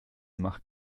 macht